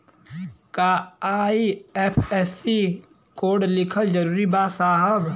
का IFSC code लिखल जरूरी बा साहब?